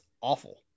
awful